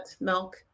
milk